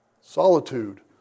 Solitude